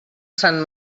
sant